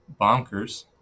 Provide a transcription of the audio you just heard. bonkers